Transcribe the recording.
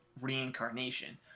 reincarnation